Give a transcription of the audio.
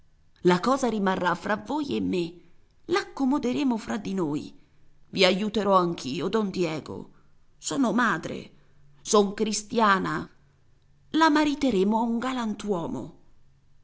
la cosa rimarrà fra voi e me l'accomoderemo fra di noi i aiuterò anch'io don diego sono madre son cristiana la mariteremo a un galantuomo